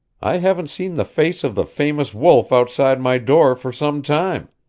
i haven't seen the face of the famous wolf outside my door for some time.